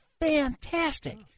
fantastic